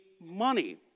money